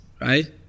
right